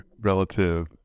relative